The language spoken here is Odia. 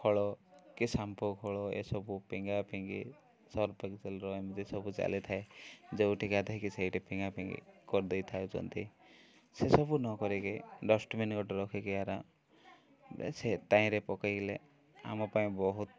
ଖୋଳ କି ସାମ୍ପୁ ଖୋଳ ଏସବୁ ଫିଙ୍ଗା ପିଙ୍ଗି ସର୍ଫଏକ୍ସଲର ଏମିତି ସବୁ ଚାଲି ଥାଏ ଯେଉଁଠି ଗାଧେଇକି ସେଇଠି ପିଙ୍ଗା ଫିଙ୍ଗି କରିଦେଇଥାଉଛନ୍ତି ସେସବୁ ନ କରିକି ଡଷ୍ଟବିିନ୍ ଗୋଟେ ରଖିକି ଆରାମ ସେ ତାହିଁରେ ପକାଇଲେ ଆମ ପାଇଁ ବହୁତ